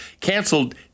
canceled